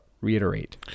reiterate